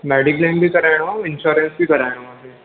mediclaim बि कराइणो आहे ऐं इंश्योरंस बि कराइणो आहे